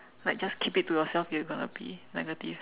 like just keep it to yourself if you're going to be negative